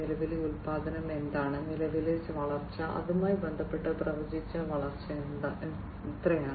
നിലവിലെ ഉൽപ്പാദനം എന്താണ് നിലവിലെ വളർച്ച അതുമായി ബന്ധപ്പെട്ട് പ്രവചിച്ച വളർച്ച എത്രയാണ്